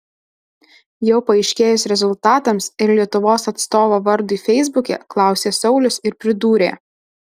jau paaiškėjus rezultatams ir lietuvos atstovo vardui feisbuke klausė saulius ir pridūrė